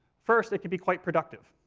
first, it can be quite productive.